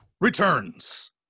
returns